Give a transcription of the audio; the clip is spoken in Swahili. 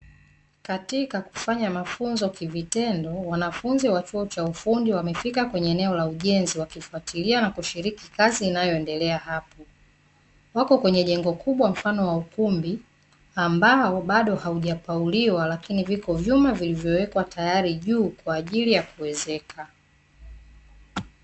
Katika kufanya mafunzo kivitendo, wanafunzi wa chuo cha ufundi wamefika kwenye eneo la ujenzi wakifuatilia na kushiriki kazi inayoendelea hapo. Wako kwenye jengo kubwa mfano wa ukumbi ambao bado haujapauliwa lakini viko vyuma vilivyowekwa tayari juu kwa ajili ya kuezeka.